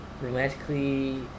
romantically